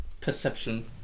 perception